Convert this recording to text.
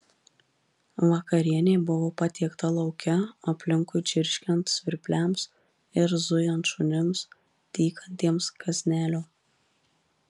vakarienė buvo patiekta lauke aplinkui čirškiant svirpliams ir zujant šunims tykantiems kąsnelio